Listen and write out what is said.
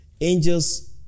Angels